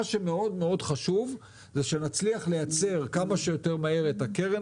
מה שמאוד-מאוד חשוב זה שנצליח לייצר כמה שיותר מהר את הקרן